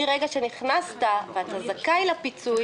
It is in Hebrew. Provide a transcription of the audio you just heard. מרגע שנכנסת ואתה זכאי לפיצוי,